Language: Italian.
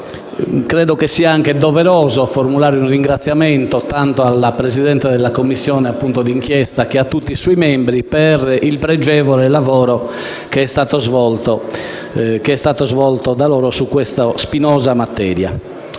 Credo sia anche doveroso formulare un ringraziamento sia alla Presidente della Commissione d'inchiesta che a tutti i suoi membri per il pregevole lavoro svolto su questa spinosa materia.